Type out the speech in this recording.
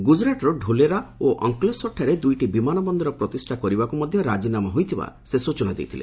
ଗୁଜରାଟର ଢୋଲେରା ଓ ଅଙ୍କଲେଶ୍ୱରଠାରେ ଦୁଇଟି ବିମାନ ବନ୍ଦର ପ୍ରତିଷ୍ଠା କରିବାକୁ ମଧ୍ୟ ରାଜିନାମା ହୋଇଥିବା ସେ ସ୍ଟଚନା ଦେଇଥିଲେ